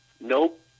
nope